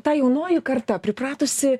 ta jaunoji karta pripratusi